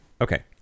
Okay